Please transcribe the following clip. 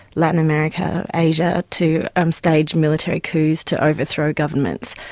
latin america, asia to um stage military coups to overthrow governments.